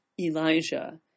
Elijah